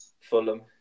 Fulham